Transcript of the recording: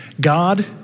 God